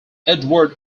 edward